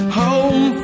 home